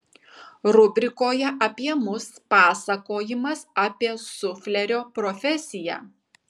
rubrikoje apie mus pasakojimas apie suflerio profesiją